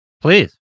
Please